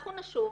אנחנו נשוב,